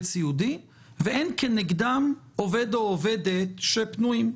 סיעודי שאין כנגדו עובד או עובדת פנויים.